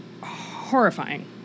horrifying